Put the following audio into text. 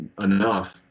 enough